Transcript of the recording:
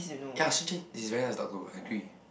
ya Su-Jin is very nice to talk to agree